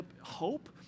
hope